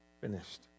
finished